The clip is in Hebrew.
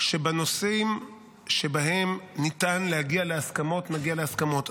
שבנושאים שבהם ניתן להגיע להסכמות, נגיע להסכמות.